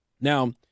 Now